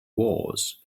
wars